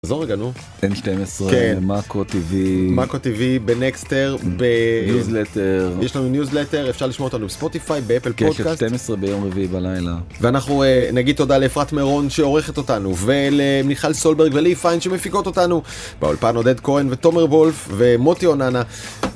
תחזור רגע נו, N12, MacroTV, Nexterב-, ב-Newsletter, אפשר לשמוע אותנו בספוטיפיי, באפל פודקאסט כן יש בתים עשרה ביום רביעי בלילה. ואנחנו נגיד תודה לאפרת מירון שעורכת אותנו ולמיכל סולברג וליהי פיין שמפיקות אותנו, באולפן עודד כהן ותומר וולף ומוטי אוננה.